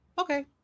Okay